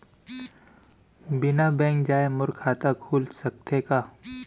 बिना बैंक जाए मोर खाता खुल सकथे का?